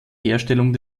herstellung